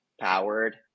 powered